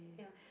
ya